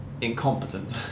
incompetent